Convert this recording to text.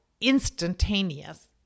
instantaneous